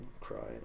crying